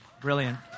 Brilliant